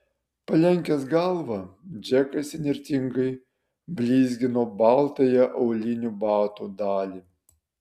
palenkęs galvą džekas įnirtingai blizgino baltąją aulinių batų dalį